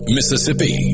Mississippi